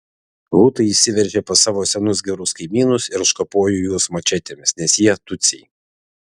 hutai įsiveržė pas savo senus gerus kaimynus ir užkapojo juos mačetėmis nes jie tutsiai